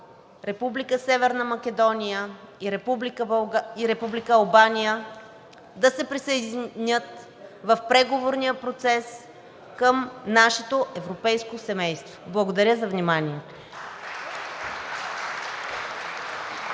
Северна Македония и Република Албания да се присъединят в преговорния процес към нашето европейско семейство. Благодаря за вниманието.